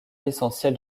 l’essentiel